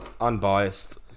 unbiased